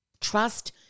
trust